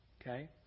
Okay